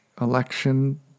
election